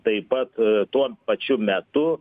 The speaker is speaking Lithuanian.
taip pat tuo pačiu metu